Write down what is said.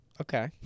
Okay